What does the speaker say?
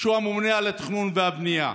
שהוא הממונה על התכנון והבנייה,